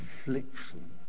affliction